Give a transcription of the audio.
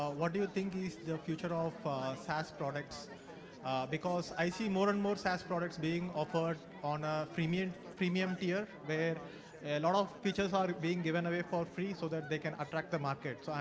what do you think is the future ah of sas products because i see more and more sas products being offered on a premium premium tier, where a lot of features are being given away for free so that they can attract the market,